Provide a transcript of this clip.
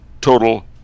total